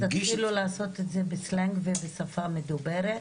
לעשות את זה בסלנג ובשפה המדוברת?